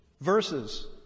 verses